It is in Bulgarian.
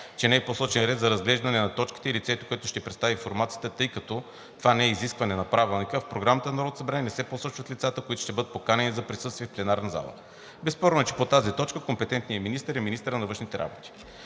че не е посочен ред за разглеждане на точките и лицето, което ще представи информацията, тъй като това не е изискване на Правилника, а в Програмата на Народното събрание не се посочват лицата, които ще бъдат поканени за присъствие в пленарната зала. Безспорно е, че по тази точка компетентният министър е министърът на външните работи.